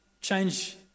change